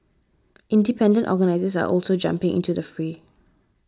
independent organisers are also jumping into the fray